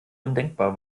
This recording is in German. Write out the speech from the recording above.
undenkbar